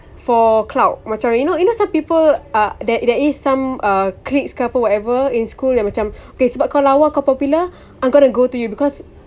for clout macam you know you know some people uh there there is some uh cliques ke apa whatever in school yang macam okay sebab kau lawa kau popular I'm gonna to go to you because